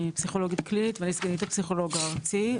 אני פסיכולוגית קלינית וסגנית הפסיכולוג הארצי.